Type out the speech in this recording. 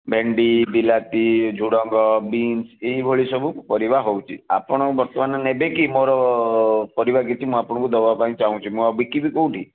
ଭେଣ୍ଡି ବିଲାତି ଝୁଡ଼ଙ୍ଗ ବିନ୍ସ ଏଇଭଳି ସବୁ ପରିବା ହେଉଛି ଆପଣ ବର୍ତ୍ତମାନ ନେବେ କି ମୋ'ର ପରିବା କିଛି ମୁଁ ଆପଣଙ୍କୁ ଦେବା ପାଇଁ ଚାହୁଁଛି ମୁଁ ଆଉ ବିକିବି କେଉଁଠି